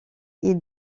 est